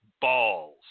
balls